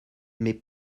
mais